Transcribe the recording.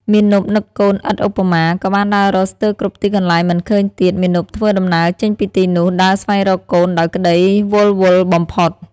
មាណពនឹកកូនឥតឧបមា ក៏បានដើររកស្ទើរគ្រប់ទីកន្លែងមិនឃើញទៀត មាណពធ្វើដំណើរចេញពីទីនោះ ដើរស្វែងរកកូនដោយក្ដីវិលវល់បំផុត ។